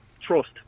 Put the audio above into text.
trust